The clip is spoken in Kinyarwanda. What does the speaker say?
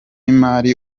imari